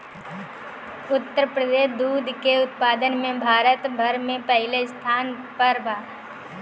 उत्तर प्रदेश दूध के उत्पादन में भारत भर में पहिले स्थान पर बा